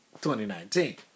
2019